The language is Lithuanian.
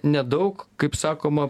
nedaug kaip sakoma